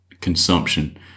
consumption